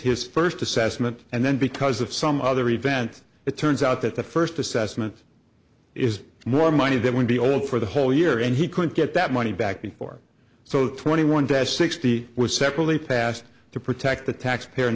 his first assessment and then because of some other events it turns out that the first assessment is more money that would be old for the whole year and he could get that money back before so twenty one days sixty was separately passed to protect the taxpayer in